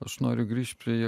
aš noriu grįžti